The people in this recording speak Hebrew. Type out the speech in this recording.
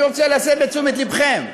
אני רוצה להסב את תשומת לבכם: